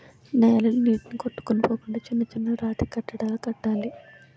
నేలలు నీటికి కొట్టుకొని పోకుండా చిన్న చిన్న రాతికట్టడాలు కట్టాలి